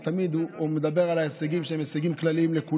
הוא תמיד הוא מדבר על הישגים כלליים, לכולם.